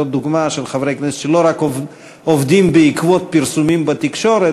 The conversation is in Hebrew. זאת דוגמה לחברי הכנסת שלא רק עובדים בעקבות פרסומים בתקשורת,